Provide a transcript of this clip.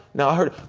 now i heard,